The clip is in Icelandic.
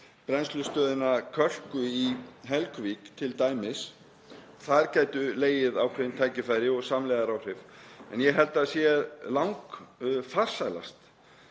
brennslustöðina Kölku í Helguvík t.d., þar gætu legið ákveðin tækifæri og samlegðaráhrif. En ég held að það sé langfarsælast